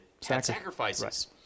sacrifices